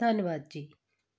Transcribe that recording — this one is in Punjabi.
ਧੰਨਵਾਦ ਜੀ